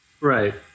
Right